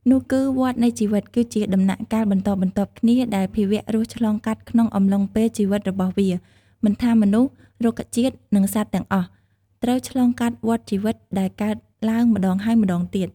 នោះគឺ "វដ្តនៃជីវិត" គឺជាដំណាក់កាលបន្តបន្ទាប់គ្នាដែលភាវៈរស់ឆ្លងកាត់ក្នុងអំឡុងពេលជីវិតរបស់វា មិនថា មនុស្ស រុក្ខជាតិ និងសត្វទាំងអស់ ត្រូវឆ្លងកាត់វដ្តជីវិត ដែលកើតឡើងម្ដងហើយម្ដងទៀត ។